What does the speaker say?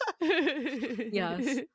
yes